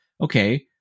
okay